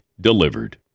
delivered